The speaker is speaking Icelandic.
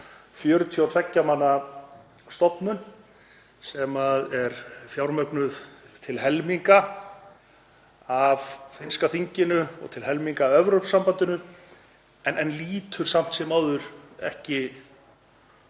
42 manna stofnun sem er fjármögnuð til helminga af finnska þinginu og til helminga af Evrópusambandinu en lýtur samt sem áður ekki